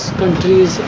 countries